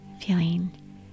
feeling